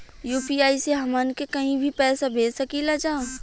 UPI से हमहन के कहीं भी पैसा भेज सकीला जा?